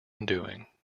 undoing